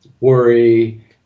worry